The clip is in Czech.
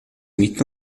mít